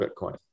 Bitcoin